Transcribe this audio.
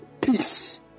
peace